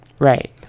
Right